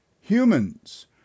Humans